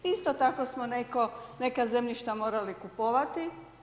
Isto tako smo neka zemljišta morali kupovati.